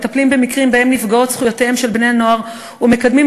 מטפלים במקרים שבהם נפגעות זכויותיהם של בני-נוער ומקדמים